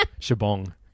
Shabong